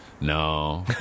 no